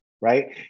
right